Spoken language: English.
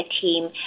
team